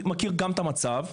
מכיר גם את המצב.